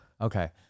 Okay